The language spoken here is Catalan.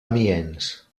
amiens